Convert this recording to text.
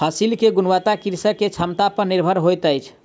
फसिल के गुणवत्ता कृषक के क्षमता पर निर्भर होइत अछि